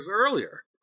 earlier